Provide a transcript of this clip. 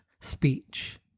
speech